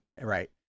Right